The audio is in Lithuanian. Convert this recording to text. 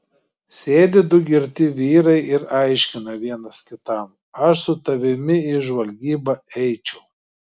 sėdi du girti vyrai ir aiškina vienas kitam aš su tavimi į žvalgybą eičiau